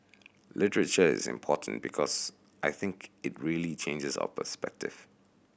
literature is important because I think it really changes our perspective